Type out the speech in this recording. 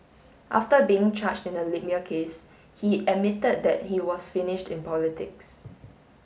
after being charged in the Libya case he admitted that he was finished in politics